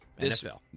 NFL